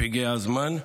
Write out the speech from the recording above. הגיע הזמן,